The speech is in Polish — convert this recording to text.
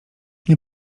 nie